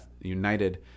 United